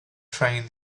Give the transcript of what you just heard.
train